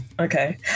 Okay